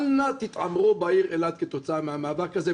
אל נא תתעמרו בעיר אילת כתוצאה מהמאבק הזה.